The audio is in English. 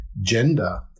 gender